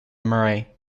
murray